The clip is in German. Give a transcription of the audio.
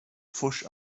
pfusch